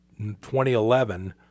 2011